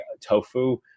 tofu